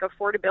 affordability